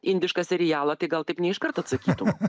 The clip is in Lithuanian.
indišką serialą tai gal taip ne iš karto atsakytum